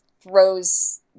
throws